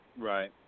Right